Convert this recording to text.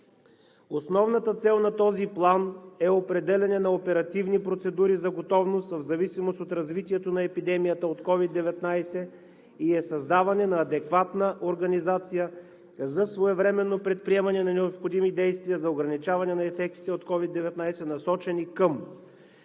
Основната цел на този план е определяне на оперативни процедури за готовност в зависимост от развитието на епидемията от COVID-19 и създаване на адекватна организация за своевременно предприемане на необходими действия за ограничаване на ефектите от COVID-19, насочени към: